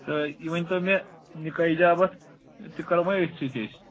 تہٕ یہِ ؤنۍ تو مےٚ نِکاح یجابت تہِ کَرو وۄنۍ أتھۍ سۭتۍ أسۍ